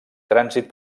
trànsit